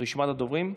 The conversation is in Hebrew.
רשימת הדוברים?